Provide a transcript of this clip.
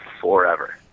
forever